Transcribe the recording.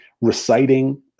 reciting